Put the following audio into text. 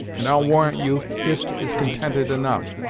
and i'll warrant you, hist is contented enough,